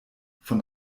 von